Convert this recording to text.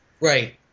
Right